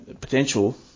potential